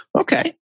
Okay